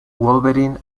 wolverine